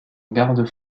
garde